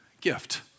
gift